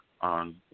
on